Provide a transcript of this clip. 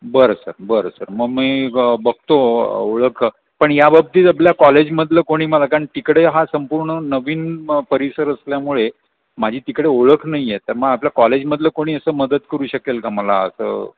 बरं सर बरं सर मग मी ब बघतो ओळख पण या बाबतीत आपल्या कॉलेजमधलं कोणी मला काण तिकडे हा संपूर्ण नवीन मग परिसर असल्यामुळे माझी तिकडे ओळख नाही आहे तर मग आपल्या कॉलेजमधलं कोणी असं मदत करू शकेल का मला असं